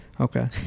Okay